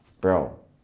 Bro